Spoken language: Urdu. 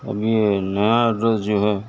اب یہ نیا ایڈریس جو ہے